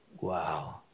Wow